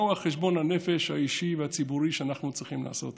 מהו חשבון הנפש האישי והציבורי שאנחנו צריכים לעשות?